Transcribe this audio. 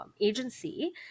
agency